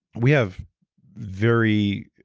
we have very